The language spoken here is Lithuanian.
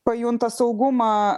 pajunta saugumą